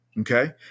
Okay